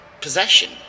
possession